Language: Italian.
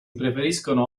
preferiscono